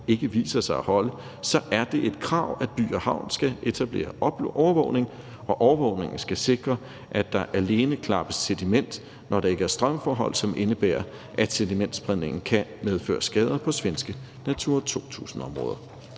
ikke viser sig at holde, så er det et krav, at By & Havn skal etablere overvågning, og overvågningen skal sikre, at der alene klappes sediment, når der ikke er strømforhold, som indebærer, at sedimentspredningen kan medføre skader på svenske Natura 2000-områder.